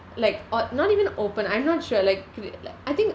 like o~ not even open I'm not sure like like I think